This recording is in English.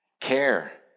Care